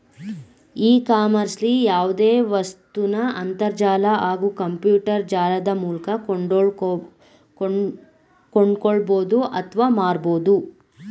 E ಕಾಮರ್ಸ್ಲಿ ಯಾವ್ದೆ ವಸ್ತುನ ಅಂತರ್ಜಾಲ ಹಾಗೂ ಕಂಪ್ಯೂಟರ್ಜಾಲದ ಮೂಲ್ಕ ಕೊಂಡ್ಕೊಳ್ಬೋದು ಅತ್ವ ಮಾರ್ಬೋದು